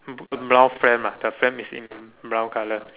b~ brown frame ah the frame is in brown colour